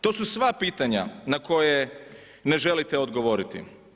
To su sva pitanja na koje ne želite odgovoriti.